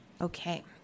Okay